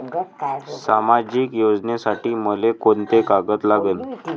सामाजिक योजनेसाठी मले कोंते कागद लागन?